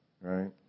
right